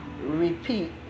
repeat